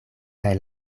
kaj